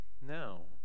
No